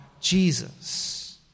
Jesus